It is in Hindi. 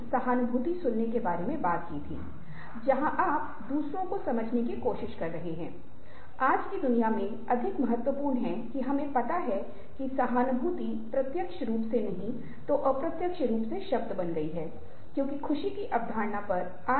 तो श्रृंखला की गतिविधियों के बारे में बात करते हुए कम से कम 3 अलग अलग गतिविधियां हैं जो मैं किसी तरह से डिजाइन करने की कोशिश करूंगा जिसे मैं आपके साथ साझा कर सकता हूं